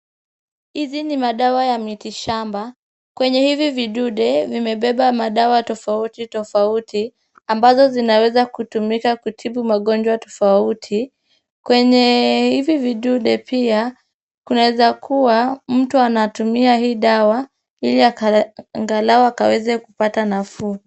Hizi ni madawa ya miti shamba. Kwenye hivi vidude vimebeba madawa tofauti tofauti ambazo zinaweza kutumika kutibu magonjwa tofauti. Kwenye hivi vidude pia kunaweza kuwa mtu anatumia hii dawa ili angalau akaweze kupata nafuu.